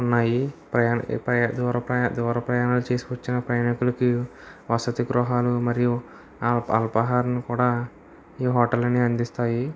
ఉన్నాయి ప్రయా ప్రయా దూర ప్రయా దూర ప్రయాణాలు చేసుకొచ్చిన ప్రయాణికులకి వసతి గృహాలు మరియు అల్పా అల్పాహారం కూడా ఈ హోటల్ అని అందిస్తాయి